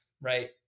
right